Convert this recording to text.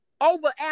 over